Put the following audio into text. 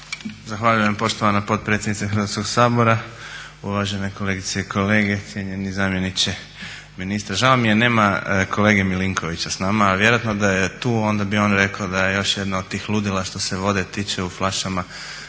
Zahvaljujem poštovana potpredsjednice Hrvatskog sabora, uvažene kolegice i kolege, cijenjeni zamjeniče ministra. Žao mi je, nema kolege Milinkovića s nama, a vjerojatno da je tu onda bi on rekao da je još jedno od tih ludila što se vode tiče u flašama